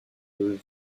peuvent